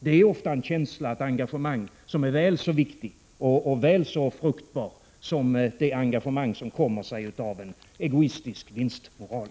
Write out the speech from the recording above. Det är ofta en känsla och ett engagemang som är väl så viktiga och fruktbara som det engagemang som kommer sig av egoistisk vinstmoral.